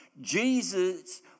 Jesus